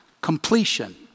completion